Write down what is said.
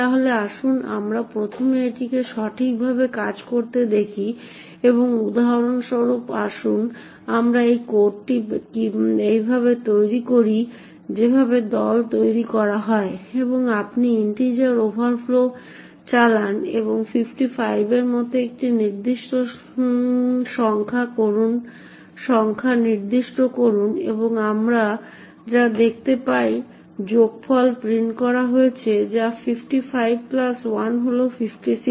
তাহলে আসুন আমরা প্রথমে এটিকে সঠিকভাবে কাজ করতে দেখি এবং উদাহরণস্বরূপ আসুন আমরা এই কোডটি এইভাবে তৈরি করি যেভাবে দল তৈরি করা হয় এবং আপনি ইন্টিজার ওভারফ্লো চালান এবং 55 এর মতো একটি সংখ্যা নির্দিষ্ট করুন এবং আমরা যা দেখতে পাই যোগফল প্রিন্ট করা হয়েছে যা 551 হল 56